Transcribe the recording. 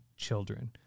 children